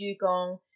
dugong